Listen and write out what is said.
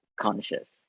conscious